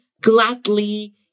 gladly